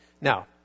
Now